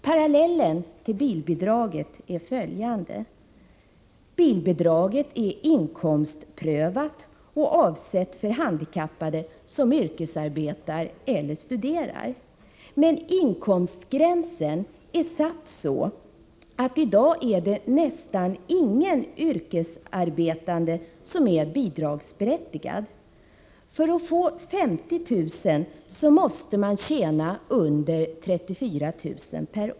Parallellen till bilbidraget är följande: Bilbidraget är inkomstprövat och avsett för handikappade som yrkesarbetar eller studerar. Men inkomstgränsen är satt så att nästan ingen yrkesarbetande i dag är berättigad till bilbidrag. För att få 50 000 kr. måste man tjäna under 34 000 kr.